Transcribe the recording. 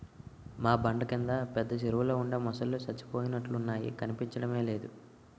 మా బండ కింద పెద్ద చెరువులో ఉండే మొసల్లు సచ్చిపోయినట్లున్నాయి కనిపించడమే లేదు